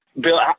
Bill